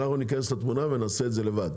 אנחנו ניכנס לתמונה ונעשה את זה לבד.